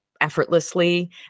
effortlessly